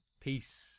Peace